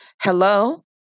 hello